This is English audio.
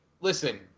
listen